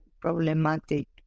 problematic